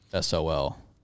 SOL